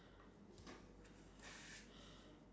look around they cannot like what do you call that